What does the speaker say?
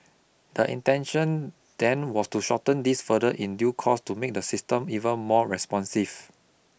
the intention then was to shorten this further in due course to make the system even more responsive